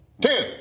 Ten